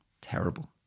Terrible